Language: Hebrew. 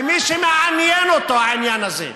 למי שמעניין אותו העניין הזה.